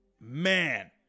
Man